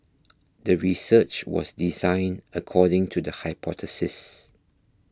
the research was designed according to the hypothesis